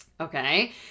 Okay